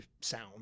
sound